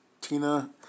Tina